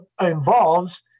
involves